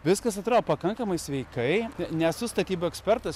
viskas atro pakankamai sveikai nesu statybų ekspertas